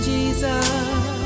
Jesus